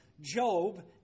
Job